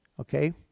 Okay